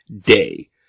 day